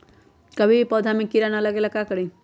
कभी भी पौधा में कीरा न लगे ये ला का करी?